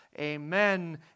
Amen